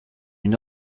une